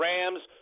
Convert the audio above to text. Rams